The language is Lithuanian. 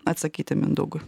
atsakyti mindaugui